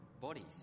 bodies